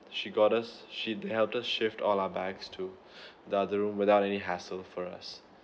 she got us she helped us shift all our bags to the other room without any hassle for us